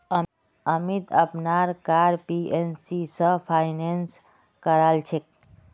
अमीत अपनार car PNB स finance करालछेक